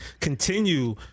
continue